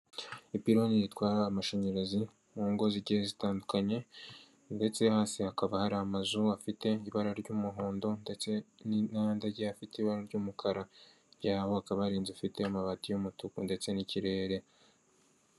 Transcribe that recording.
Ipiloni ritwara amashanyarazi, mu ngo zigiye zitandukanye ndetse hasi hakaba hari amazu afite ibara ry'umuhondo ndetse n'andi agiye afite ibara ry'umukara, hirya yaho hakaba hari inzu ifite amabati y'umutuku ndetse n'ikirere.